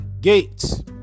Gates